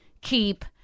keep